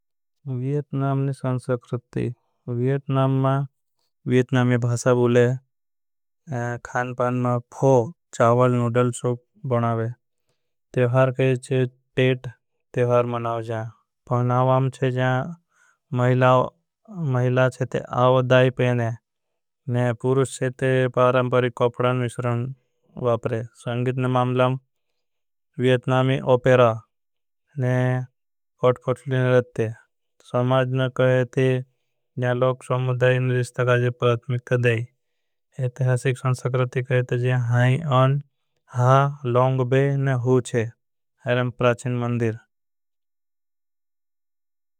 वियतनाम ने संस्कृति वियतनाम मा वियतनामी भाषा बुले। खान पान मा फो चावाल नुडल सो बनावे कहे चे टेट तेवार। मनाव जाए पहनावाम चे जाए महिला चे। ते आव दाई पहने पूरुष चे ते पारंपरी कोपड़ान मिश्रण वापरे। ने मामलाम वियत्नामी ओपेरा ने पौट पौटली ने रत्ते सोमाज। ने कहे ते जए लोग सोमुदाई ने लिश्टकाजे प्रात्मिक्थ दाई। संसक्रत्ति कहे ते जए हाई आन हाँ लोंग बे ने हू चे अरेम। प्राछिन मंदिर।